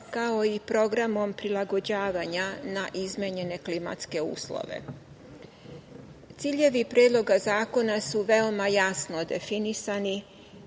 kao i programom prilagođavanja na izmenjene klimatske uslove. Ciljevi predloga zakona su veoma jasno definisani,